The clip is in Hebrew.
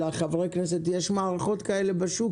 אמרתם לחברי הכנסת שיש מערכות כאלה בשוק